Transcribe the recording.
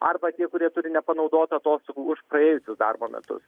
arba tie kurie turi nepanaudotų atostogų už praėjusius darbo metus